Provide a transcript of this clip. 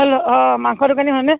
hello অঁ মাংস দোকানী হয়নে